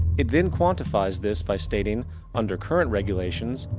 it then quantifies this by stating under current regulations,